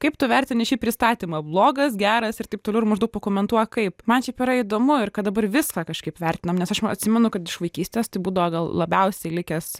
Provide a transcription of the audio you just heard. kaip tu vertini šį pristatymą blogas geras ir taip toliau ir maždaug pakomentuok kaip man šiaip yra įdomu ir kad dabar viską kažkaip vertinam nes aš atsimenu kad iš vaikystės tai būdavo gal labiausiai likęs